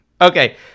Okay